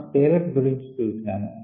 మనం scale up గురించి చూశాం